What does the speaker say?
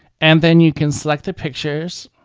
and then you can select the pictures.